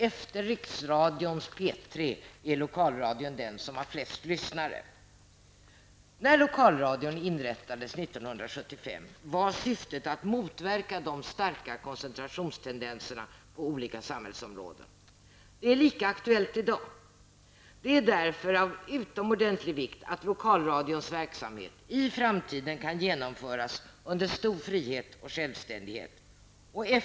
Efter riksradions P3 är lokalradion den som har flest lyssnare. När lokalradion inrättades 1975 var syftet att motverka de starka koncentrationstendenserna på olika samhällsområden. Detta är lika aktuellt i dag. Det är därför av utomordentlig vikt att lokalradions verksamhet i framtiden kan genomföras under stor frihet och självständighet.